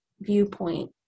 viewpoint